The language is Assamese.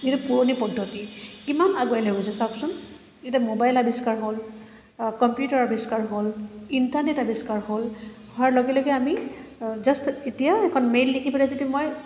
যিটো পুৰণি পদ্ধতি ইমান আগুৱাই লৈ গৈছে চাওকচোন এতিয়া মোবাইল আৱিষ্কাৰ হ'ল কম্পিউটাৰ আৱিষ্কাৰ হ'ল ইণ্টাৰনেট আৱিষ্কাৰ হ'ল হোৱাৰ লগে লগে আমি জাষ্ট এতিয়া এখন মেইল লিখি পেলাই যদি মই